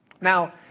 Now